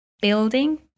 building